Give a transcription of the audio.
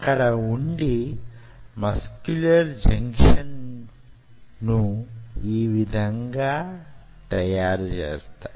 అక్కడే వుండి మస్క్యులర్ జంక్షన్ల ను యీ విధంగా తయారు చేస్తాయి